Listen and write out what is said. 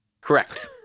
Correct